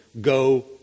go